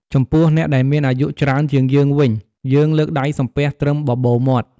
ចំពោះអ្នកដែលមានអាយុច្រើនជាងយើងវិញ យើងលើកដៃសំពះត្រឹមបបូរមាត់។